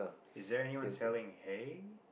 is there anyone selling hay